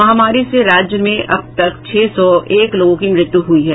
महामारी से राज्य में अब तक छह सौ एक लोगों की मृत्यु हुई है